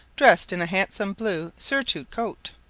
dressed in a handsome blue surtout-coat,